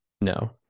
no